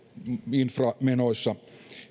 inframenoissa